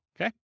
okay